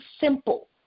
simple